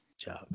Job